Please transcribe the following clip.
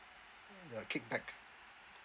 ya kickback